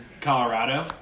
Colorado